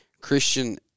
Christian